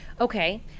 Okay